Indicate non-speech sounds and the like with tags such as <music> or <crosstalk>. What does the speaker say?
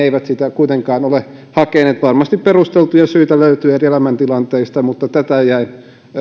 <unintelligible> eivät sitä kuitenkaan ole hakeneet varmasti perusteltuja syitä löytyy eri elämäntilanteista mutta tätä jäin